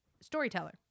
storyteller